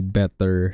better